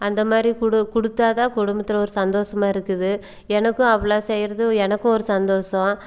அந்தமாதிரி கொடு கொடுத்தா தான் குடும்பத்தில் ஒரு சந்தோசமாக இருக்குது எனக்கும் அப்பட்லாம் செய்கிறது எனக்கும் ஒரு சந்தோசம்